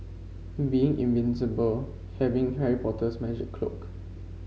being invisible having Harry Potter's magic cloak